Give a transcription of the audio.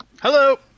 Hello